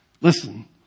Listen